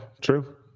true